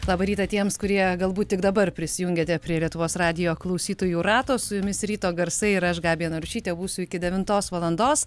labą rytą tiems kurie galbūt tik dabar prisijungiate prie lietuvos radijo klausytojų rato su jumis ryto garsai ir aš gabija narušytė būsiu iki devintos valandos